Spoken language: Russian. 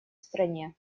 стране